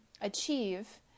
achieve